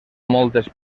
moltes